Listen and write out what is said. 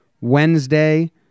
Wednesday